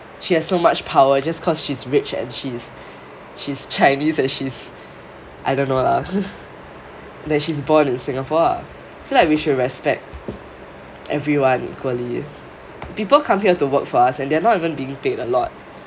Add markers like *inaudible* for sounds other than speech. she has so much power just cause she is rich and she is she is chinese and she is I don't know lah *laughs* like she is born in singapore lah I feel like we should respect everyone equally people come here to work for us and they're not even being paid a lot